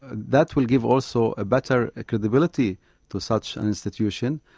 that will give also better credibility to such an institution,